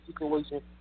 situation